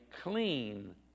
clean